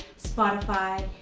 spotify.